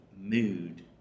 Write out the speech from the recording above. mood